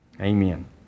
Amen